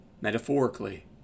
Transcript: metaphorically